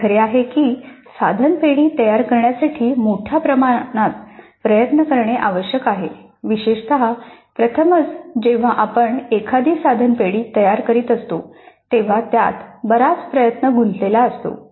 हे खरे आहे की साधन पेढी तयार करण्यासाठी मोठ्या प्रमाणात प्रयत्न करणे आवश्यक आहे विशेषत प्रथमच जेव्हा आपण एखादी साधन पेढी तयार करीत असतो तेव्हा त्यात बराच प्रयत्न गुंतलेला असतो